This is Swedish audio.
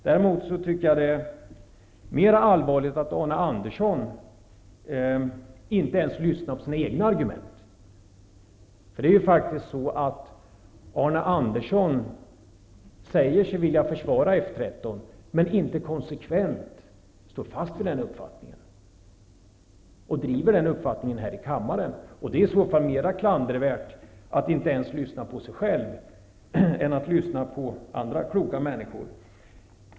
Däremot är det mera allvarligt att Arne Andersson inte ens lyssnar på sina egna argument. Arne Andersson säger sig vilja försvara F 13, men han står inte konsekvent fast vid den uppfattningen och driver den inte här i kammaren. Det är i så fall mera klandervärt att inte ens lyssna på sig själv än att lyssna på andra kloka människor.